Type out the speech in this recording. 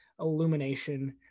illumination